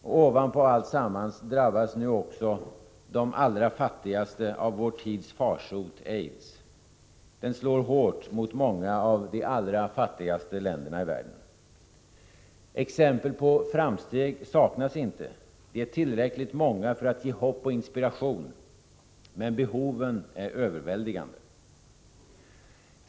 Och ovanpå alltsammans drabbas nu också de allra fattigaste av vår tids farsot, aids. Den slår hårt mot många av de allra fattigaste länderna i världen. Exempel på framsteg saknas inte. De är tillräckligt många för att ge hopp och inspiration. Men behoven är överväldigande.